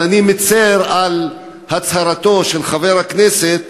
אבל אני מצר על הצהרתו של חבר הכנסת